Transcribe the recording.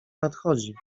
nadchodzi